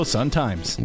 Sun-Times